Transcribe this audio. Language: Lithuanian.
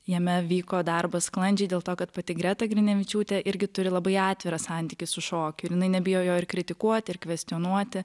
jame vyko darbas sklandžiai dėl to kad pati greta grinevičiūtė irgi turi labai atvirą santykį su šokiu ir jinai nebijo jo ir kritikuoti ir kvestionuoti